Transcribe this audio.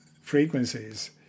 frequencies